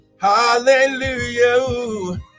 Hallelujah